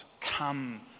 Come